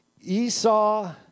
Esau